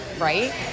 right